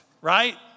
right